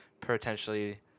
potentially